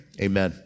amen